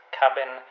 cabin